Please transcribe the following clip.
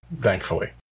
Thankfully